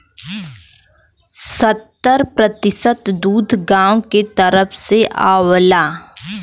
सत्तर प्रतिसत दूध गांव के तरफ से आवला